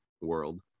world